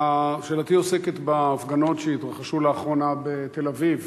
שאלותי עוסקת בהפגנות שהתרחשו לאחרונה בתל-אביב